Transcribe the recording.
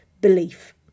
belief